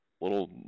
little